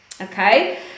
Okay